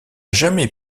jamais